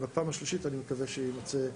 בפעם השלישית אני מקווה שיימצא מקום.